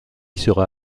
sera